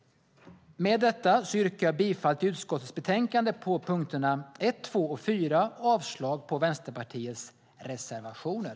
Med detta yrkar jag bifall till förslaget i utskottets betänkande när det gäller punkterna 1, 2 och 4 och avslag på Vänsterpartiets reservationer.